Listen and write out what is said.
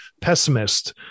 pessimist